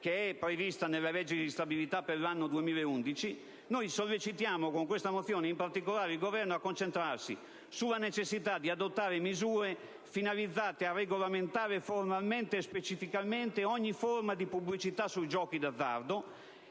prevista nella legge di stabilità per l'anno 2011. Sollecitiamo con questa mozione il Governo a concentrarsi sulla necessità di adottare misure finalizzate a regolamentare formalmente e specificamente ogni forma di pubblicità sui giochi d'azzardo,